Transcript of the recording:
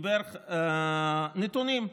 נתונים.